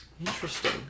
Interesting